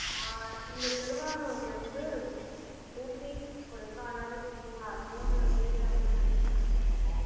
இங்கே திருவாரூர்லேந்து ஊட்டி கொடைக்கானல் மூணார் மூணு ஏரியா வந்து நாங்கள் பிளான் பண்ணியிருக்கோம்